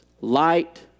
Light